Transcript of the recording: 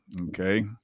okay